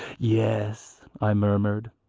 yes, i murmured,